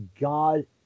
God